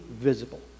visible